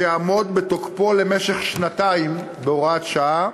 שיעמוד בתוקפו למשך שנתיים בהוראת שעה,